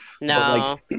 No